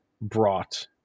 brought